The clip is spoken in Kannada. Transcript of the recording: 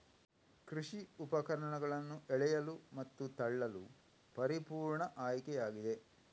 ಕೃಷಿ ಉಪಕರಣಗಳನ್ನು ಎಳೆಯಲು ಮತ್ತು ತಳ್ಳಲು ಪರಿಪೂರ್ಣ ಆಯ್ಕೆಯಾಗಿದೆ